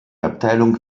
abteilung